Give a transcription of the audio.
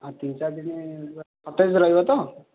ହଁ ତିନି ଚାରିଦିନ ସତେଜ ରହିବତ